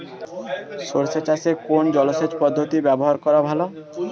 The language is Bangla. সরষে গাছে কোন জলসেচ পদ্ধতি ব্যবহার করা ভালো?